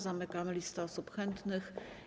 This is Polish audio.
Zamykam listę osób chętnych.